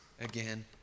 again